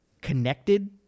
Connected